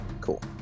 Cool